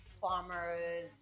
farmers